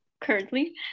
currently